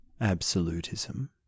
absolutism